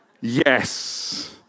Yes